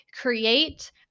create